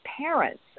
parents